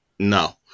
No